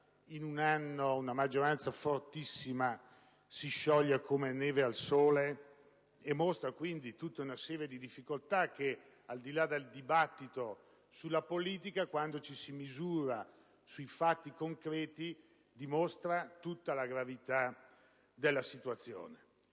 quando una maggioranza fortissima in un anno si scioglie come neve al sole, evidenziando talune difficoltà che, al di là del dibattito sulla politica, quando ci si misura sui fatti concreti, dimostrano tutta la gravità della situazione?